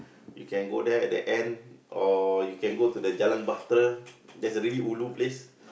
you can go there at the end or you can go to the Jalan Bahtera there's a really ulu place